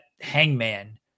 Hangman